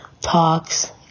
talks